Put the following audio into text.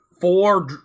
four